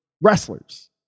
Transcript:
wrestlers